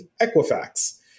Equifax